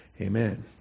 Amen